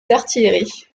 d’artillerie